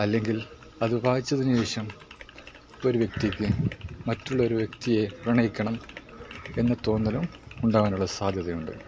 അല്ലെങ്കിൽ അത് വായിച്ചതിന് ശേഷം ഒരു വ്യക്തിക്ക് മറ്റുള്ളൊരു വ്യക്തിയെ പ്രണയിക്കണം എന്ന തോന്നലും ഉണ്ടാവാനുള്ള സാധ്യതയുണ്ട്